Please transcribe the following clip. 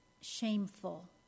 shameful